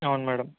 అవును మేడం